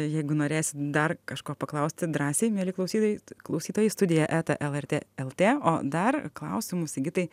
jeigu norėsit dar kažko paklausti drąsiai mieli klausytojai klausytojai studija eta lrt lt o dar klausimų sigitai